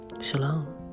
Shalom